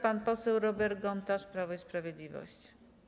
Pan poseł Robert Gontarz, Prawo i Sprawiedliwość.